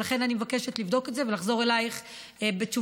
ולכן אני מבקשת לבדוק את זה ולחזור אלייך עם תשובה,